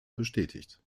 bestätigt